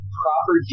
proper